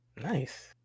Nice